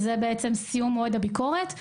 מועד סיום הביקורת,